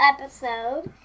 episode